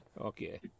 Okay